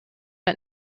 ein